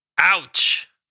Ouch